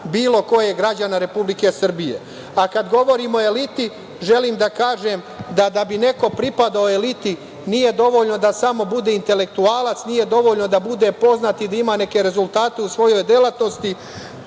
bilo kog građana Republike Srbije. Kad govorim o eliti, želim da kažem da da bi neko pripadao eliti nije dovoljno da samo bude intelektualac, nije dovoljno da bude poznat i da ima neke rezultate u svojoj delatnosti,